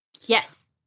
Yes